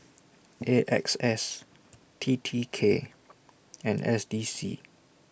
A X S T T K and S D C